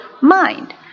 mind